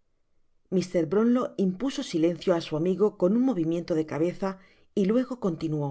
la legua mr brownlow impuso silencio á su amigo con un movimiento de cabeza y luego continuó